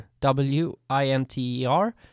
W-I-N-T-E-R